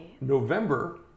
November